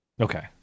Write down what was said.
okay